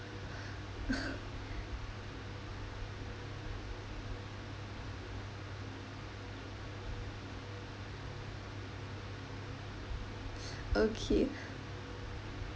okay